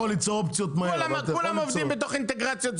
כי אם אני מוכר לו את הבשר,